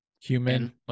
human